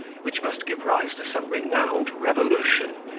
which must give rise to some renowned revolution,